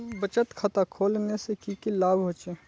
बचत खाता खोलने से की की लाभ होचे?